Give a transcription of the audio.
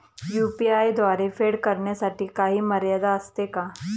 UPI द्वारे फेड करण्यासाठी काही मर्यादा असते का?